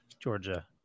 Georgia